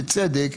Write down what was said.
בצדק,